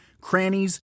crannies